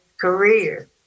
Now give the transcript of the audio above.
career